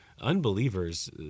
unbelievers